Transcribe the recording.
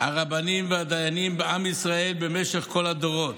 הרבנים והדיינים בעם ישראל במשך כל הדורות.